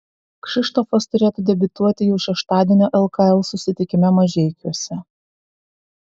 kšištofas turėtų debiutuoti jau šeštadienio lkl susitikime mažeikiuose